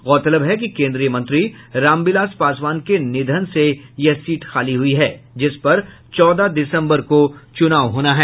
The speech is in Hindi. गौरतलब है कि केन्द्रीय मंत्री रामविलास पासवान के निधन से यह सीट खाली हुई है जिस पर चौदह दिसंबर को चुनाव होना है